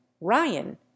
Ryan